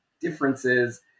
differences